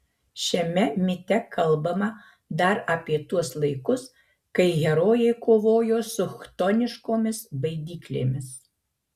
šiame mite kalbama dar apie tuos laikus kai herojai kovojo su chtoniškomis baidyklėmis